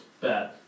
Bad